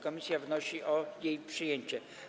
Komisja wnosi o jej przyjęcie.